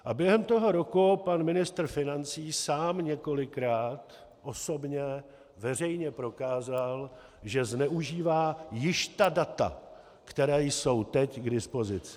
A během toho roku pan ministr financí sám několikrát osobně veřejně prokázal, že zneužívá již ta data, která jsou teď k dispozici.